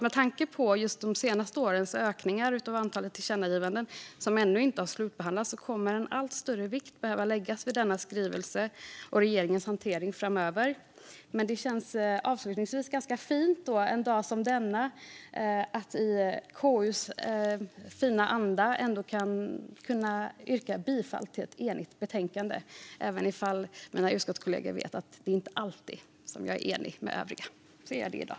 Med tanke på de senaste årens ökning av antalet tillkännagivanden som ännu inte har slutbehandlats tror jag att allt större vikt kommer att behöva läggas vid denna skrivelse och regeringens hantering framöver. En dag som denna känns det dock, avslutningsvis, ganska fint att i KU:s fina anda kunna yrka bifall till betänkandet från ett enigt utskott. Även om mina utskottskollegor vet att jag inte alltid är enig med de övriga är jag det i dag.